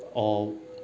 or